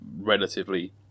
relatively